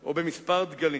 או בכמה דגלים.